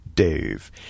Dave